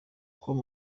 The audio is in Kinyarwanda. com